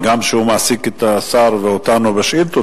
שהוא מעסיק את השר ואותנו בשאילתות,